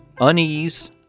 Unease